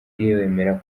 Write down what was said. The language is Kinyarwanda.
wemera